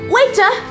Waiter